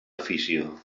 afició